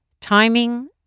Timing